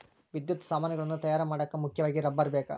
ವಿದ್ಯುತ್ ಸಾಮಾನುಗಳನ್ನ ತಯಾರ ಮಾಡಾಕ ಮುಖ್ಯವಾಗಿ ರಬ್ಬರ ಬೇಕ